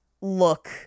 look